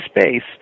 space